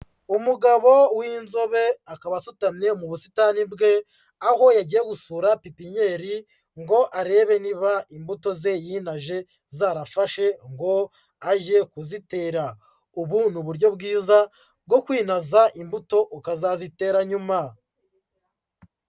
Umugabo w'inzobe akaba asutamye mu busitani bwe, aho yagiye gusura pipenyeri ngo arebe niba imbuto ze yinaje zarafashe ngo ajye kuzitera, ubu ni uburyo bwiza bwo kwinaza imbuto ukazazitera nyuma.